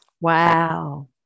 Wow